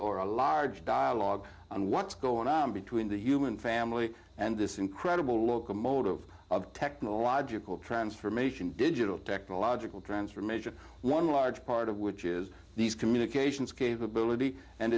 or a large dialogue on what's going on between the human family and this incredible locomotive of technological transformation digital technological transformation one large part of which is these communications capability and